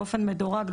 באופן מדורג,